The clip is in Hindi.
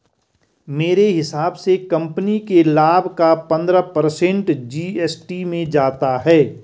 मेरे हिसाब से कंपनी के लाभ का पंद्रह पर्सेंट जी.एस.टी में जाता है